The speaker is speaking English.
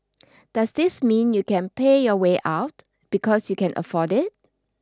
does this mean you can pay your way out because you can afford it